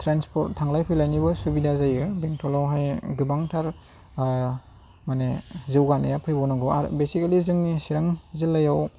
transport थांलाय फैलायनिबो असुबिदा जायो बेंथलावहाय गोबांथार माने जौगानाया फैबावनांगौ आरो बेसिकेलि जोंनि चिरां जिल्लायाव